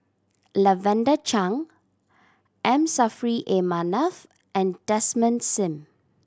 Lavender Chang M Saffri A Manaf and Desmond Sim